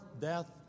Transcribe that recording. death